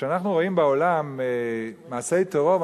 כשאנחנו רואים בעולם מעשי טרור,